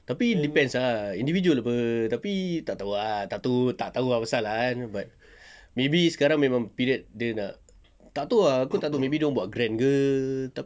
tapi depends ah individual [pe] tapi tak tahu ah tak tahu tak tahu apa pasal lah eh but maybe sekarang memang period dia nak tak tahu aku tak tahu maybe dorang buat grand ke tapi